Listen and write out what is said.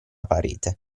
parete